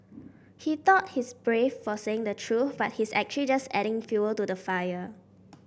he thought he's brave for saying the truth but he's actually just adding fuel to the fire